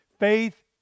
Faith